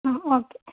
ആ ഓക്കേ